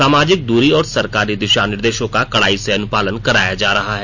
सामाजिक दूरी और सरकारी दिशा निर्देशों का कड़ाई से अनुपालन कराया जा रहा है